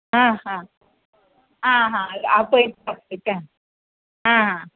आं हां आं हां आपयतां आपयतां आं